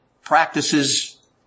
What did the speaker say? practices